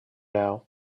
now